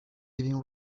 even